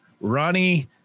Ronnie